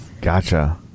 Gotcha